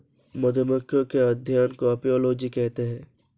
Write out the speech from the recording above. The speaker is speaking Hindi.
मधुमक्खियों के अध्ययन को अपियोलोजी कहते हैं